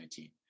2019